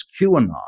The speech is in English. QAnon